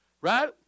Right